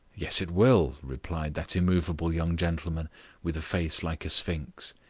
yes, it will, replied that immovable young gentleman with a face like a sphinx.